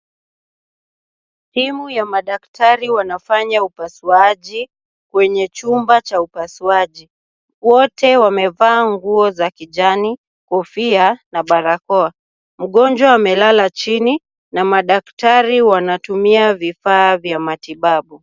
Timu ya madaktari wanafanya upasuaji, kwenye chumba cha upasuaji. Wote wamevaa nguo za kijani, kofia na barakoa. Mgonjwa amelala chini, na madaktari wanatumia vifaa vya matibabu.